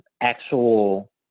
actual